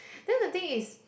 then the thing is